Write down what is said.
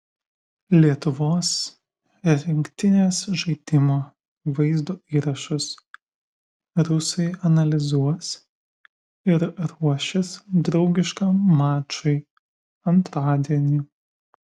lietuvos rinktinės žaidimo vaizdo įrašus rusai analizuos ir ruošis draugiškam mačui antradienį